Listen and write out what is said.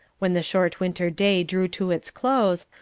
when the short winter day drew to its close,